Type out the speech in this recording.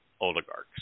oligarchs